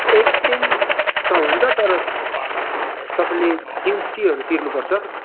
exchange त हुन्छ तर तपाईँले जिएसटीहरू तिर्नुपर्छ